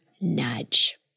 nudge